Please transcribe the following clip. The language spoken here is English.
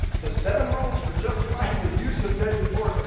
the seven rules for justifying the use of deadly force.